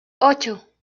ocho